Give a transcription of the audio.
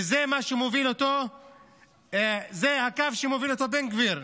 וזה הקו שמוביל אותו בן גביר.